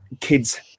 kids